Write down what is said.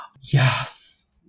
yes